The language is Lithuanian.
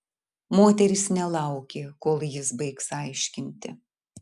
moteris nelaukė kol jis baigs aiškinti